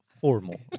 formal